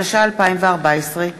התשע"ה 2014,